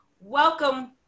Welcome